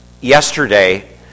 yesterday